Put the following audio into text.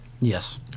Yes